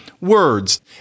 words